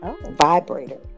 vibrator